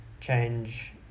change